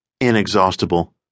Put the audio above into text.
inexhaustible